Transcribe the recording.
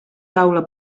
taula